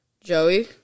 Joey